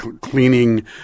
cleaning